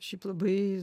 šiaip labai